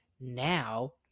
now